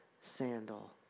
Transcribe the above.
sandal